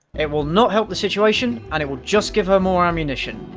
it will not help the situation and it will just give her more ammunition.